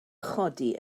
chodi